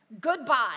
Goodbye